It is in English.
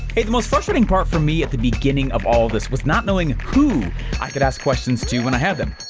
hey, the most frustrating part for me at the beginning of all of this was not knowing who i could ask questions to when i had them.